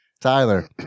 Tyler